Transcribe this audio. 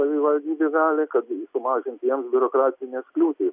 savivaldybė gali kad sumažinti jiems biurokratines kliūtis